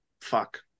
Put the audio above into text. fuck